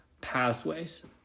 pathways